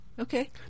Okay